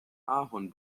ahorn